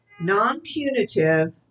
non-punitive